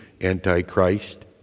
Antichrist